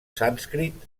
sànscrit